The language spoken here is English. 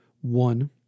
One